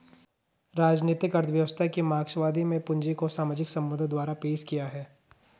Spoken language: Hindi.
राजनीतिक अर्थव्यवस्था की मार्क्सवादी में पूंजी को सामाजिक संबंधों द्वारा पेश किया है